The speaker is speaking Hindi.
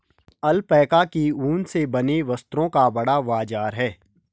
ऐल्पैका के ऊन से बने वस्त्रों का बड़ा बाजार है